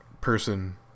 person